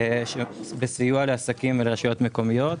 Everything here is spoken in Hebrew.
בסויע לעסקים ולרשויות מקומיות,